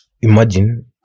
Imagine